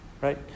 Right